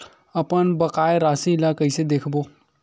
अपन बकाया राशि ला कइसे देखबो?